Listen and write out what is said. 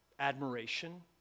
admiration